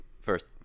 first